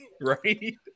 right